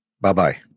Bye-bye